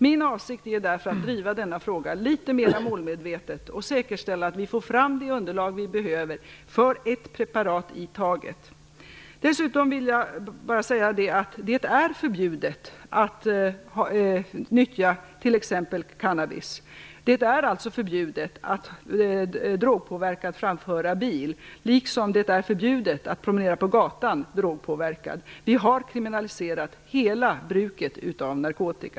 Min avsikt är därför att driva denna fråga litet mer målmedvetet och säkerställa att vi får fram det underlag vi behöver för ett preparat i taget. Dessutom vill jag bara säga att det är förbjudet att nyttja t.ex. cannabis. Det är alltså förbjudet att drogpåverkad framföra bil, liksom det är förbjudet att promenera på gatan drogpåverkad. Vi har kriminaliserat hela bruket av narkotika.